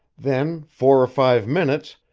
then, four or five minutes,